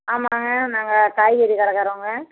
ஆமாம்ங்க நாங்கள் காய்கறி கடக்காரவங்க